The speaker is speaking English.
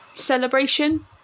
Celebration